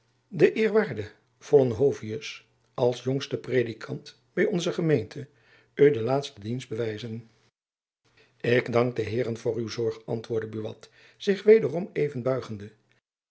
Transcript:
de eerwaarde vollenhovius als jongste predikant by onze gemeente u die laatste dienst bewijzen ik dank de heeren voor hun zorg antwoordde buat zich wederom even buigende